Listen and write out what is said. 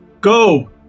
Go